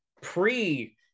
pre